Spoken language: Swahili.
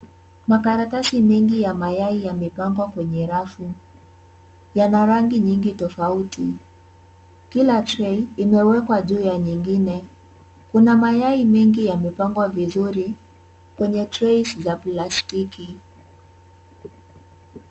Makaratasi mengi ya mayai yamepangwa kwenye rafu. Yana rangi nyingi tofauti. Kila tray imewekwa juu ya nyingine. Kuna mayai mengi yamepangwa vizuri kwenye trays za plastiki.